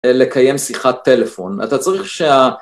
לקיים שיחת טלפון. אתה צריך שה...